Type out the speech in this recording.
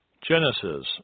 Genesis